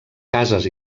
cases